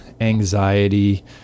anxiety